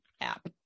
app